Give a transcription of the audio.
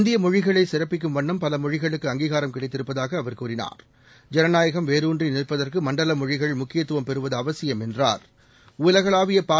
இந்தியமொழிகளைசிறப்பிக்கும் வண்ணம் பலமொழிகளுக்கு அங்கீகாரம் கிடைத்திருப்பதாகஅவர் கூறினார் ஜனநாயகம் வேரூன்றிநிற்பதற்குமண்டலமொழிகள் முக்கியத்தவம் பெறுவதுஅவசியம் என்றார்